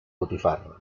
botifarra